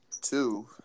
Two